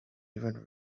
even